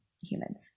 humans